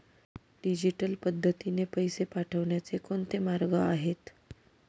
Digital पद्धतीने पैसे पाठवण्याचे कोणते मार्ग आहेत?